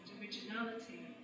originality